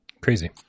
Crazy